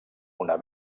una